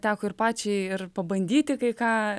teko ir pačiai ir pabandyti kai ką